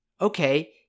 Okay